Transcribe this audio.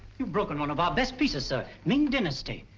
you've broken one of our best pieces, sir. ming dynasty.